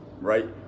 right